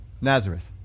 Nazareth